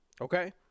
Okay